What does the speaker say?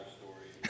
story